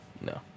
No